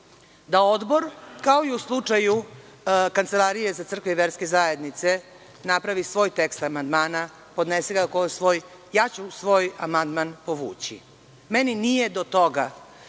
da odbor, kao i u slučaju Kancelarije za crkve i verske zajednice, napravi svoj tekst amandmana, podnese ga kao svoj i ja ću svoj amandman povući. Meni nije do toga